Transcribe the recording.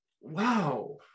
wow